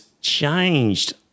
changed